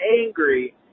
angry